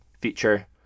feature